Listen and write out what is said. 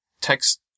text